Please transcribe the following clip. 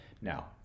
Now